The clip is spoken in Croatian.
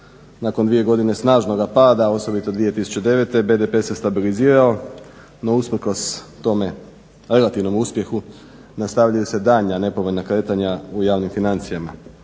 nakon dvije godine snažnoga pada, osobito 2009. BDP se stabilizirao no usprkos tome relativnom uspjehu nastavljaju se daljnja nepovoljna kretanja u javnim financijama.